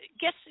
guess